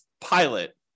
pilot